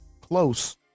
close